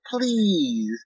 Please